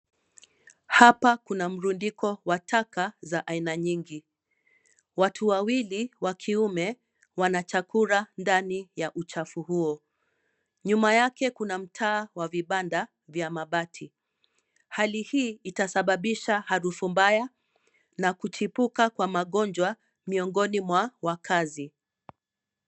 Hapa kuna mrundiko wa taka za aina nyingi. Watu wawili wa kiume wanachakura ndani ya uchafu huo. Nyuma yake kuna mtaa wa vibanda vya mabati. Hali hii itasababisha harufu mbaya na kuchipuka kwa magonjwa miongoni mwa wakazi.